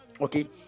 Okay